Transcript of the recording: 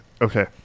Okay